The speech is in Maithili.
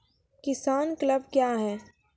किसान क्लब क्या हैं?